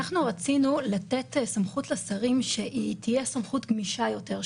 אנחנו רצינו לתת סמכות לשרים שהיא תהיה סמכות גמישה יותר,